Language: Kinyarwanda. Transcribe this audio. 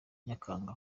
nyakanga